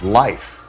life